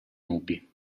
nubi